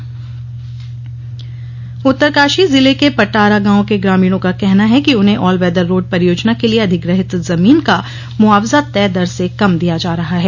मुआवजा उत्तरकाशी जिले के पटारा गांव के ग्रामीणों का कहना है कि उन्हें ऑल वेदर रोड परियोजना के लिए अधिग्रहित जमीन का मुआवजा तय दर से कम दिया जा रहा है